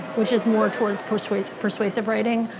which is more towards persuasive persuasive writing.